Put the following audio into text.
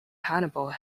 hannibal